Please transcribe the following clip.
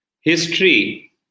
History